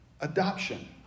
Adoption